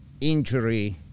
injury